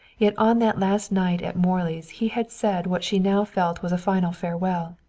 yet on that last night at morley's he had said what she now felt was a final farewell.